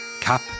cap